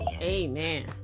amen